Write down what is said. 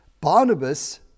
Barnabas